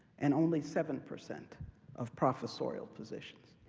and only seven percent of professorial positions.